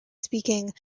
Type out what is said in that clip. speaking